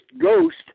ghost